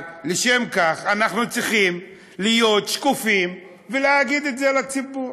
אבל לשם כך אנחנו צריכים להיות שקופים ולהגיד את זה לציבור.